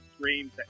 dreams